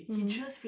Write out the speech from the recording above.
mmhmm